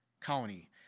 county